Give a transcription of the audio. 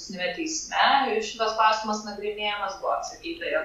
konstituciniame teismejau šitas klausimas nagrinėjamas buvo atsakyta jog